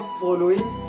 following